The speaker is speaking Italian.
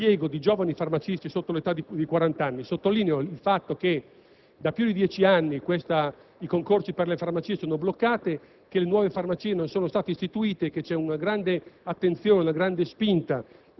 per farmacisti, con norme che favoriscono l'impiego di giovani farmacisti sotto l'età di 40 anni. Sottolineo il fatto che, da più di dieci anni, i concorsi per le farmacie sono bloccati,